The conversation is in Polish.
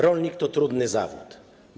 Rolnik to trudny zawód.